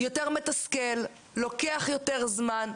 יותר מתסכל, לוקח יותר זמן.